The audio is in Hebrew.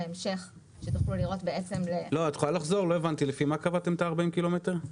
לא הבנתי, לפי מה קבעתם את 40 הק"מ?